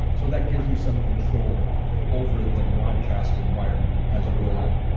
so that gives you some control over the broadcast environment as you go along.